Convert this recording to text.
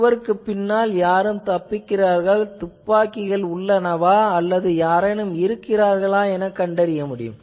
சுவருக்குப் பின்னால் யாரும் தப்பிக்கிறார்களா துப்பாக்கிகள் உள்ளனவா அல்லது யாரேனும் உள்ளனரா என அறியலாம்